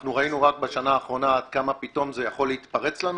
אנחנו ראינו רק בשנה האחרונה איך פתאום זה יכול להתפרץ לנו,